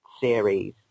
series